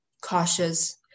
cautious